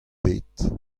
bet